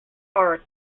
are